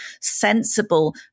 sensible